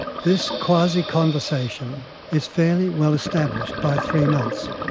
this quasi-conversation is fairly well established by three months,